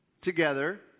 together